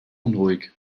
unruhig